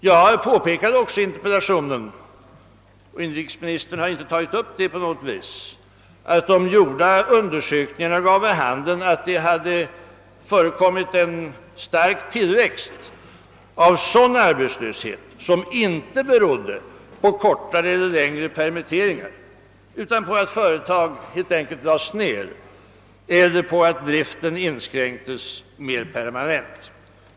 Jag påpekade också i interpellationen — och inrikesministern har inte på något sätt tagit upp detta — att de gjorda undersökningarna ger vid handen att det förekommit en stark tillväxt av sådan: arbetslöshet, som inte beror på kortare eller längre permitteringar utan på att företag helt enkelt läggs ned eller på att driften inskränks mer permanent.